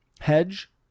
hedge